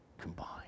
combined